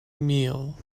meal